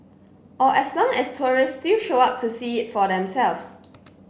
or as long as tourists still show up to see it for themselves